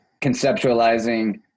conceptualizing